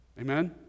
Amen